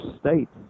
states